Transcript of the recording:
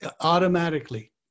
automatically